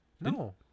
No